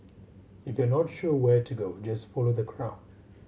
if you're not sure where to go just follow the crowd